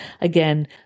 again